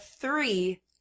three